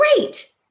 great